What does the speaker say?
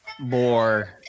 more